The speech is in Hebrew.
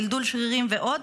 דלדול שרירים ועוד,